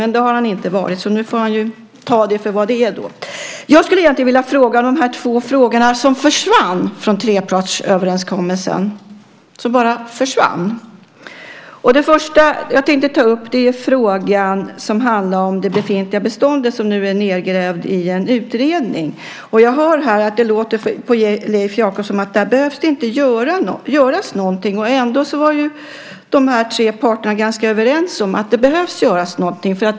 Men det har han inte varit, så nu får han så att säga ta det för vad det är. Jag skulle vilja fråga om de två saker som bara försvann från trepartsöverenskommelsen. Först handlar det om den fråga om det befintliga beståndet som nu är nedgrävd i en utredning. Jag hör nu - så låter det på Leif Jakobsson - att där behöver det inte göras någonting. Ändå var de tre parterna ganska överens om att någonting behöver göras.